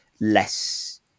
less